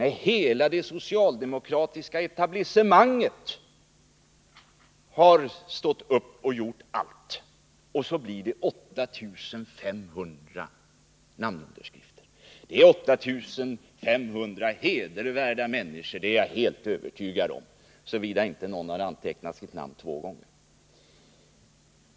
Nej, hela det socialdemokratiska etablissemanget har stått upp och gjort allt, och så blir det bara 8 500 namnunderskrifter. Det är 8 500 hedervärda människor — det är jag helt övertygad om, såvida inte någon har antecknat sitt namn två gånger.